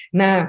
na